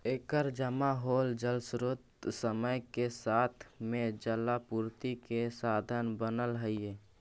एकर जमा होल जलस्रोत समय के साथ में जलापूर्ति के साधन बनऽ हई